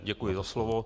Děkuji za slovo.